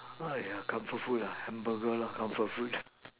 !aiya! comfort food ah hamburger lah comfort food